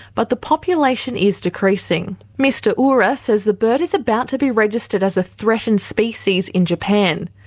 but the population is decreasing. mr ura says the bird is about to be registered as a threatened species in japan.